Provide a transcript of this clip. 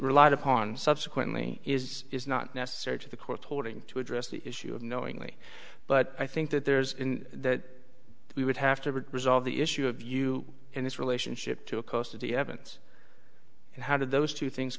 relied upon subsequently is not necessary to the court's holding to address the issue of knowingly but i think that there's that we would have to resolve the issue of you and its relationship to a cost of the evidence and how did those two things